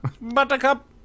Buttercup